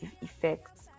effect